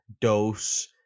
dose